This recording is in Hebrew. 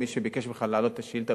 מי שביקש ממך להעלות את השאילתא,